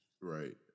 Right